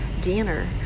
dinner